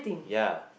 ya